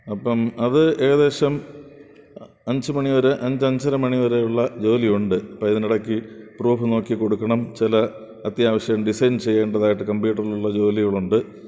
അപ്പം അത് ഏകദേശം അഞ്ച് മണി വരെ അഞ്ച് അഞ്ചര മണി വരെയുള്ള ജോലി ഉണ്ട് അപ്പോൾ അതിനിടയ്ക്ക് പ്രൂഫ് നോക്കി കൊടുക്കണം ചില അത്യാവശ്യം ഡിസൈൻ ചെയ്യേണ്ടതായിട്ട് കമ്പ്യൂട്ടറിലുള്ള ജോലികളുണ്ട്